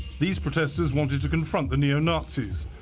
these protesters wanted to confront the neo-nazis.